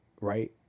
right